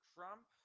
Trump